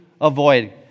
avoid